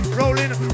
rolling